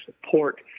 support